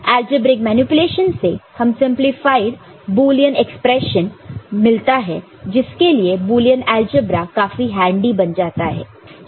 algebraic manipulation से हमें simplified Boolean expression मिलता है जिसके लिए बुलियन अलजेब्रा काफी हैंड्डी बन जाता है